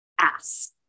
ask